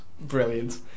Brilliant